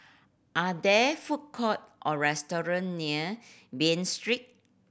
are there food court or restaurant near Bain Street